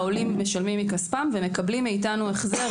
העולים משלמים מכספם ומקבלים מאתנו החזר